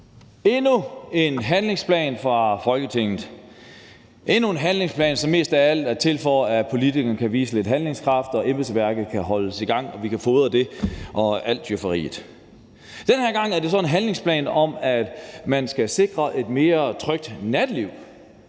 endnu en handlingsplan fra Folketinget – endnu en handlingsplan, som mest af alt er til for, at politikerne kan vise lidt handlekraft, så embedsværket kan holdes i gang, og så vi kan fodre det og alt djøfferiet. Den her gang er det så en handlingsplan om, at man skal sikre et mere trygt natteliv.